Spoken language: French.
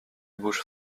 bouche